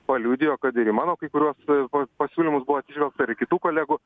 paliudijo kad ir į mano kai kuriuos pa pasiūlymus buvo atsižvelgta į kitų kolegų